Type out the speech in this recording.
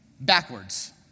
backwards